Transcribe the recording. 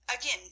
Again